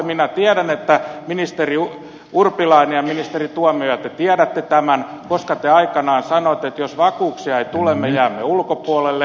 minä tiedän ministeri urpilainen ja ministeri tuomioja että te tiedätte tämän koska te aikanaan sanoitte että jos vakuuksia ei tule me jäämme ulkopuolelle